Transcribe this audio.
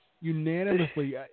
unanimously